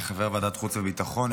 כחבר ועדת החוץ והביטחון,